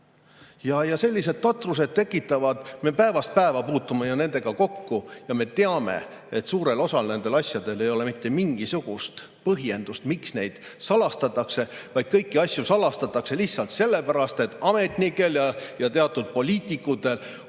Sellised totrused tekitavad [tuska]. Me päevast päeva puutume ju nendega kokku ja me teame, et suurel osal nendel asjadel ei ole mitte mingisugust põhjendust, miks neid salastatakse. Kõiki asju salastatakse lihtsalt sellepärast, et ametnikel ja teatud poliitikutel on